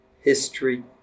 history